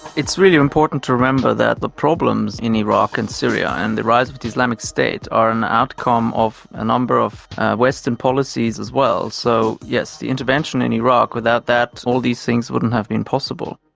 it's really important to remember that the problems in iraq and syria and the rise of but the islamic state are an outcome of a number of western policies as well, so yes, the intervention in iraq without that all these things wouldn't have been possible.